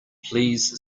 please